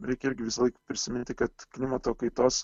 reikia irgi visąlaik prisiminti kad klimato kaitos